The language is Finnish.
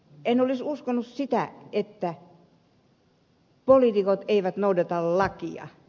en olisi uskonut sitä että poliitikot eivät noudata lakia